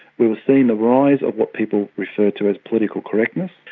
we were seeing the rise of what people referred to as political correctness.